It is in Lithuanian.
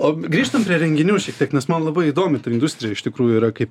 o grįžtam prie renginių šiek tiek nes man labai įdomi ta industrija iš tikrųjų yra kaip